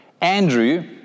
Andrew